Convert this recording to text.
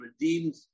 redeemed